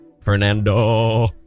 Fernando